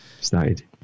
started